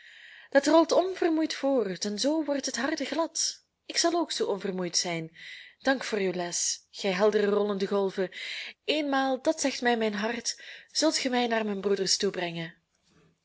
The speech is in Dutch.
dat rolt onvermoeid voort en zoo wordt het harde glad ik zal ook zoo onvermoeid zijn dank voor uw les gij heldere rollende golven eenmaal dat zegt mij mijn hart zult ge mij naar mijn broeders toe brengen